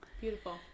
Beautiful